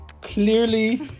Clearly